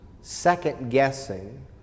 second-guessing